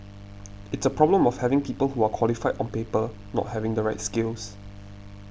it's a problem of people who are qualified on paper not having the right skills